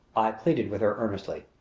i pleaded with her earnestly.